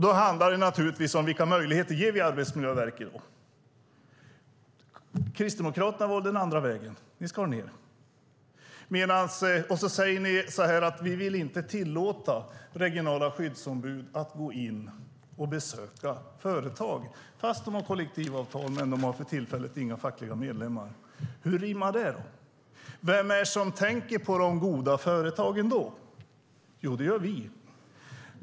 Då handlar det naturligtvis om vilka möjligheter vi ger Arbetsmiljöverket. Kristdemokraterna valde den andra vägen. Ni skar ned. Och så säger ni att ni inte vill tillåta regionala skyddsombud att gå in och besöka företag, fast de har kollektivavtal men för tillfället inte har några fackliga medlemmar. Hur rimmar det med vad ni säger? Vem är det som tänker på de goda företagen då? Jo, det gör vi.